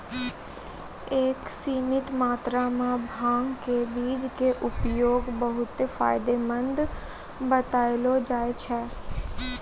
एक सीमित मात्रा मॅ भांग के बीज के उपयोग बहु्त फायदेमंद बतैलो जाय छै